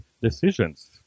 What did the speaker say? decisions